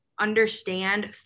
understand